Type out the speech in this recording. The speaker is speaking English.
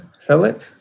Philip